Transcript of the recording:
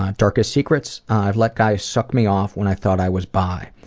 ah darkest secrets? i let guys suck me off when i thought i was bi.